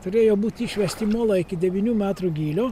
turėjo būti išvesti molai iki devynių metrų gylio